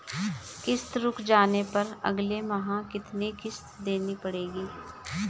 किश्त रुक जाने पर अगले माह कितनी किश्त देनी पड़ेगी?